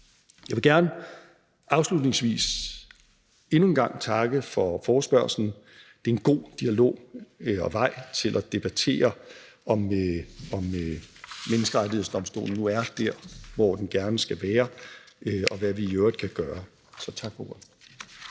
Jeg vil gerne afslutningsvis endnu en gang takke for forespørgslen. Det er en god dialog og vej til at debattere, om Menneskerettighedsdomstolen nu er der, hvor den gerne skal være – og hvad vi i øvrigt kan gøre. Tak for